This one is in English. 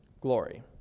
glory